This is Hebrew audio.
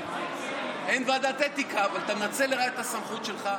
אין ועדת אתיקה, אבל אתה מנצל לרעה את הסמכות שלך.